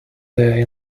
their